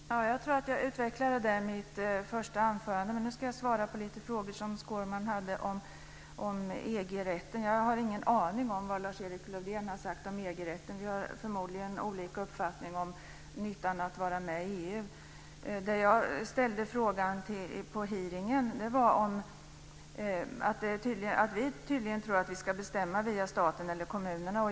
Fru talman! Jag tror att jag utvecklade det i mitt första anförande, och jag ska nu svara på frågor som Jag har ingen aning om vad Lars-Erik Lövdén har sagt om EG-rätten. Vi har förmodligen olika uppfattning om nyttan av att vara med i EU. Det jag tog upp på hearingen var att vi tydligen tror att vi ska bestämma via staten och kommunerna.